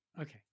Okay